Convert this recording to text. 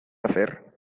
hacer